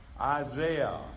Isaiah